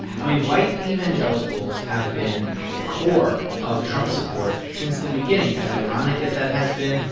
i mean, white evangelicals have been a core of trump's support since the beginning, as ironic as that has been.